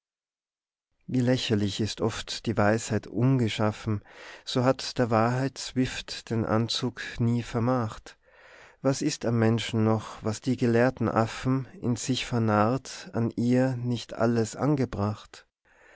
wie lächerlich ist oft die weisheit umgeschaffen so hat der wahrheit swift den anzug nie vermacht was ist am menschen noch was die gelehrten affen in sich vernarrt an ihr nicht alles angebracht